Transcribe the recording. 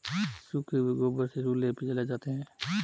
सूखे हुए गोबर से चूल्हे भी जलाए जाते हैं